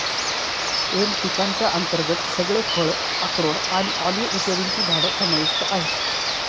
M पिकांच्या अंतर्गत सगळे फळ, अक्रोड आणि ऑलिव्ह इत्यादींची झाडं समाविष्ट आहेत